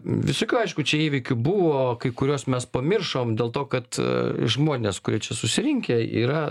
visokių aišku čia įvykių buvo kai kuriuos mes pamiršom dėl to kad žmonės kurie čia susirinkę yra